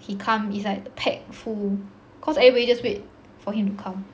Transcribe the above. he come it's like packed full cause everybody just wait for him to come